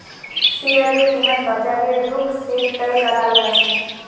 शेयरेर कीमत बाजारेर रुख से तय कराल जा छे